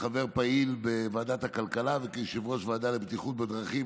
כחבר פעיל בוועדת הכלכלה וכיושב-ראש הוועדה לבטיחות בדרכים.